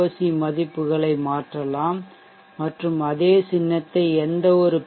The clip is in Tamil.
சி மதிப்புக்களை மாற்றலாம் மற்றும் அதே சின்னத்தை எந்தவொரு பி